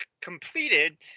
completed